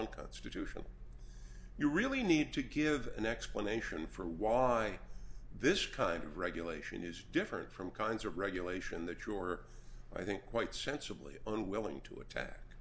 unconstitutional you really need to give an explanation for why this kind of regulation is different from kinds of regulation that your i think quite sensibly unwilling to attack